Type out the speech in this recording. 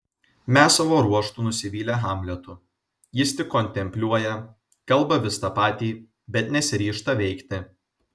mes savo ruožtu nusivylę hamletu jis tik kontempliuoja kalba vis tą patį bet nesiryžta veikti